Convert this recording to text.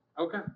Okay